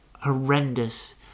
horrendous